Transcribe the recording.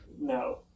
no